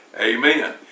Amen